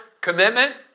Commitment